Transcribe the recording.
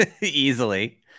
Easily